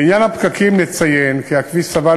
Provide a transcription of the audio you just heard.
לעניין הפקקים נציין כי הכביש סבל